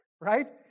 right